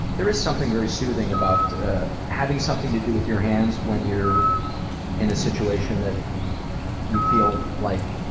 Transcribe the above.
there is something very soothing about having something to do with your hands when you're in a situation that you feel, like.